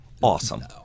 awesome